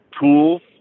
tools